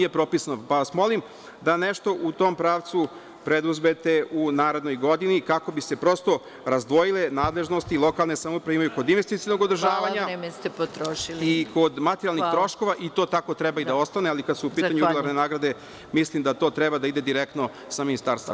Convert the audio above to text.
Zato vas molim, da nešto u tom pravcu preduzmete u narednoj godini, kako bi se prosto razdvojile nadležnosti lokalne samouprave, npr. kod investicionog održavanja, kod materijalnih troškova, i to tako treba da ostane, ali kada su u pitanju jubilarne nagrade mislim da to treba da ide direktno sa Ministarstva.